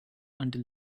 until